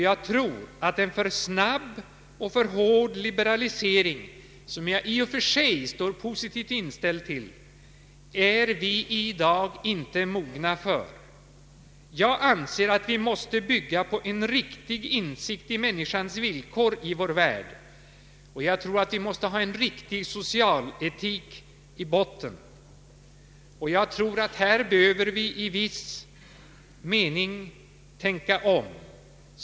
Jag tror att en för snabb och för hård liberalisering, och en liberalisering är jag i och för sig positivt inställd till, är vi i dag inte mogna för. Jag anser att vi måste bygga på en riktig insikt i människans villkor i vår värld. Jag tror att vi måste ha en riktig socialetik i botten. Här behöver vi i viss mening tänka om.